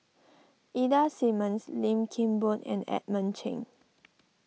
Ida Simmons Lim Kim Boon and Edmund Cheng